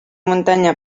muntanya